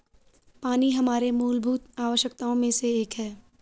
पानी हमारे मूलभूत आवश्यकताओं में से एक है